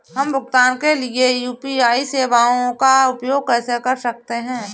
हम भुगतान के लिए यू.पी.आई सेवाओं का उपयोग कैसे कर सकते हैं?